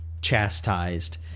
chastised